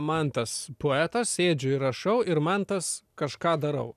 mantas poetas sėdžiu ir rašau ir mantas kažką darau